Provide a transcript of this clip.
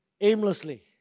aimlessly